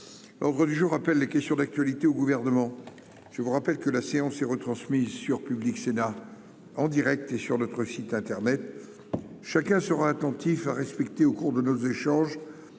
l'ordre du jour appelle les questions d'actualité au gouvernement, je vous rappelle que la séance est retransmise sur Public Sénat en Direct et sur notre site internet, chacun sera attentif à respecter au cours de nos échanges,